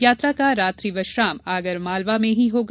यात्रा का रात्रि विश्राम आगरमालवा में होगा